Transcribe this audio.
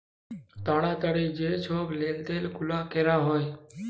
তাড়াতাড়ি যে ছব লেলদেল গুলা ক্যরা হ্যয়